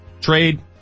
Trade